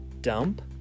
dump